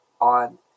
on